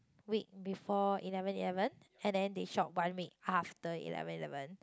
week before eleven eleven and then they shop one week after eleven eleven